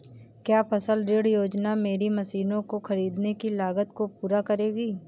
क्या फसल ऋण योजना मेरी मशीनों को ख़रीदने की लागत को पूरा करेगी?